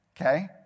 okay